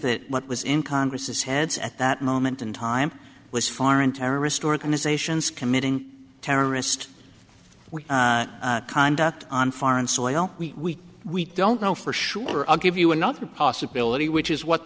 that what was in congress's heads at that moment in time was foreign terrorist organizations committing terrorist conduct on foreign soil we we don't know for sure i'll give you another possibility which is what